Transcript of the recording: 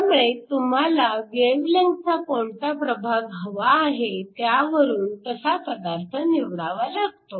त्यामुळे तुम्हाला वेव्हलेंथचा कोणता प्रभाग हवा आहे त्यावरून तसा पदार्थ निवडावा लागतो